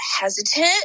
hesitant